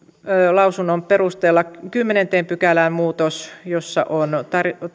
lausunnon perusteella kymmenenteen pykälään muutos jossa on